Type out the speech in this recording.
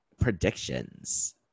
predictions